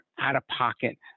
out-of-pocket